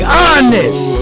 honest